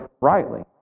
rightly